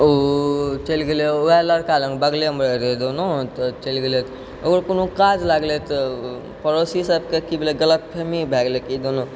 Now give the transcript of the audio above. ओ चलि गेलै वएह लड़का लग बगलेमे रहै रह दोनों तऽ चली गेलै ओकर कोनो काज लागलै तऽ पड़ोसी सबके की भेलै कि कोनो गलतफहमी भए गेलै कि दोनो